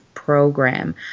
program